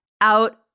out